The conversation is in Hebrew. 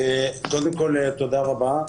קודם כול, תודה רבה.